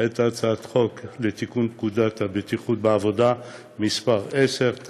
את הצעת חוק לתיקון פקודת הבטיחות בעבודה (מס' 10),